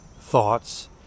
thoughts